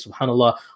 subhanAllah